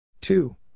two